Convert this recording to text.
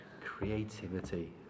Creativity